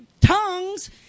tongues